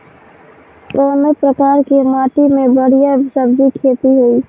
कवने प्रकार की माटी में बढ़िया सब्जी खेती हुई?